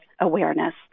awareness